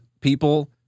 people